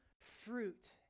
fruit